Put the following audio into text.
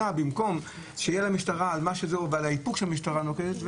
במקום שתהיה למשטרה אהדה על האיפוק שהמשטרה נוקטת,